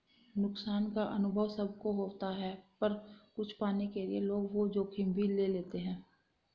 नुकसान का अभाव सब को होता पर कुछ पाने के लिए लोग वो जोखिम भी ले लेते है